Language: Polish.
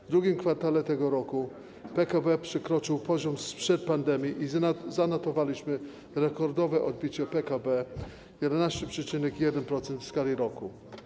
W II kwartale tego roku PKB przekroczył poziom sprzed pandemii i zanotowaliśmy rekordowe odbicie PKB - 11,1% w skali roku.